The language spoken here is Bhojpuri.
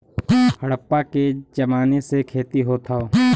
हड़प्पा के जमाने से खेती होत हौ